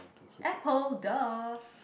apple duh